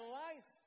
life